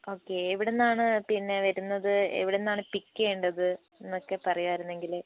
okay എവിടെ നിന്നാണ് പിന്നെ വരുന്നത് എവിടെ നിന്നാണ് പിക്ക് ചെയ്യേണ്ടത് എന്നൊക്കെ പറയുമായിരുന്നെങ്കിൽ